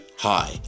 Hi